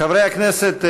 חברי הכנסת,